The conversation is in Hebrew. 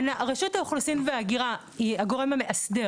רשות האוכלוסין וההגירה היא הגורם המאסדר